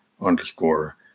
underscore